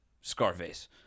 Scarface